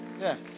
Yes